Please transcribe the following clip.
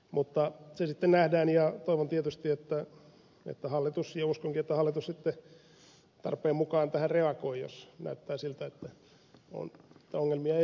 mutta se sitten nähdään ja toivon tietysti ja uskonkin että hallitus tarpeen mukaan tähän reagoi jos näyttää siltä että ongelmia esiintyy